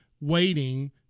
waiting